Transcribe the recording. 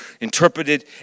interpreted